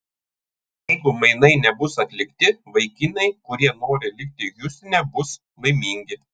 jeigu mainai nebus atlikti vaikinai kurie nori likti hjustone bus laimingi